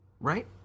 Right